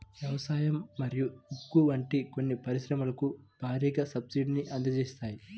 వ్యవసాయం మరియు ఉక్కు వంటి కొన్ని పరిశ్రమలకు భారీగా సబ్సిడీని అందజేస్తాయి